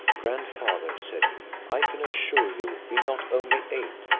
grandfather, said he, i can assure you we not only ate,